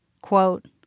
Quote